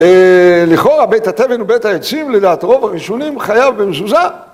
לכאורה בית התבן ובית העצים לדעת רוב הראשונים חייב במזוזה